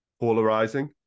polarizing